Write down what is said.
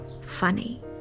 funny